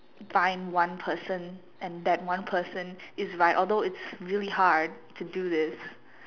find one person and that one person is like although it's really hard to do this